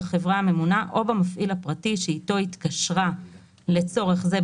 בחברה הממונה או במפעיל הפרטי שאיתו התקשרה לצורך זה,